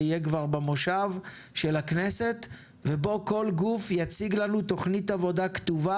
זה יהיה כבר במושב של הכנסת ובו כל גוף יציג לנו תוכנית עבודה כתובה,